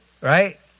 right